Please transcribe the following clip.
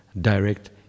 direct